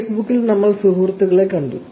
ഫേസ്ബുക്കിൽ നമ്മൾ സുഹൃത്തുക്കളെ കണ്ടു